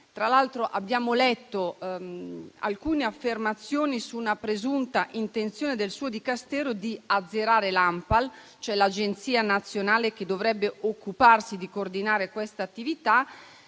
Tra l'altro, abbiamo letto alcune affermazioni su una presunta intenzione del suo Dicastero di azzerare l'ANPAL, cioè l'Agenzia nazionale che dovrebbe occuparsi di coordinare questa attività.